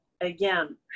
again